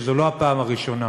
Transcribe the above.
שזו לא הפעם הראשונה